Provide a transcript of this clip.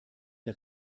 der